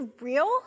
real